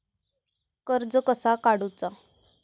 कर्ज कसा काडूचा?